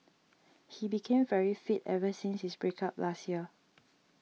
he became very fit ever since his break up last year